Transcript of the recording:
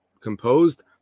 composed